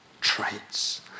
traits